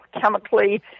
chemically